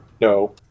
No